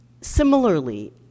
Similarly